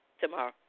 Tomorrow